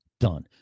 Done